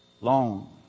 long